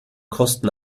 kosten